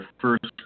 first